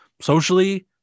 socially